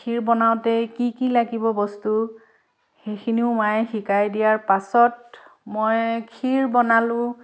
ক্ষীৰ বনাওঁতে কি কি লাগিব বস্তু সেইখিনিও মায়ে শিকাই দিয়াৰ পাছত মই ক্ষীৰ বনালোঁ